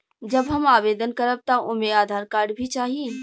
जब हम आवेदन करब त ओमे आधार कार्ड भी चाही?